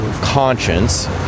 conscience